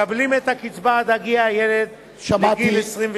מקבלים את הקצבה עד הגיע הילד לגיל 22. שמעתי.